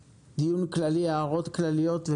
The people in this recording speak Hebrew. לאחר מכן דיון כללי,